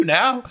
now